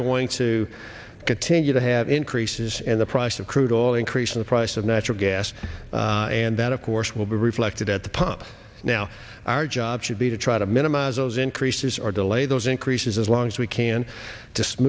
going to continue to have increases and the price of crude oil increase in the price of natural gas and that of course will be reflected at the pump now our job should be to try to minimize those increases or delay those increases as long as we can